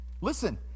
Listen